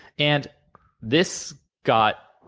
and this got